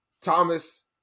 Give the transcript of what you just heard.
Thomas